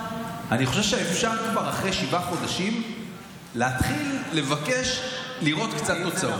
אני חושב שאחרי שבעה חודשים כבר אפשר להתחיל לבקש לראות קצת תוצאות.